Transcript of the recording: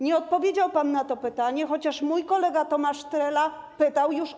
Nie odpowiedział pan na to pytanie, chociaż mój kolega Tomasz Trela pytał już o to.